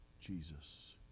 Jesus